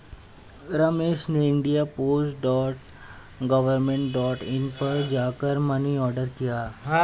रमेश ने India post dot government dot in पर जा कर मनी ऑर्डर किया